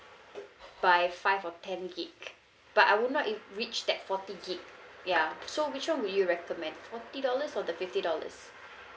by five or ten gig but I would not it reach that forty gig ya so which one would you recommend forty dollars or the fifty dollars